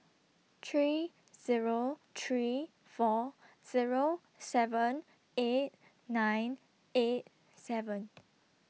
three Zero three four Zero seven eight nine eight seven